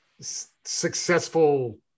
successful